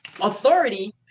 authority